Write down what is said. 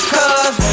Cause